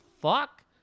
fuck